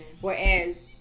Whereas